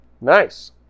Nice